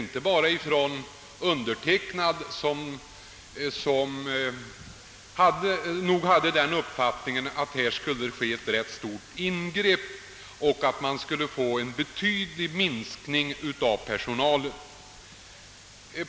Det var inte bara jag som hade den uppfattningen att det skulle komma att bli rätt stora ingrepp och att personalen skulle skäras ned betydligt.